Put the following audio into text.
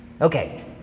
Okay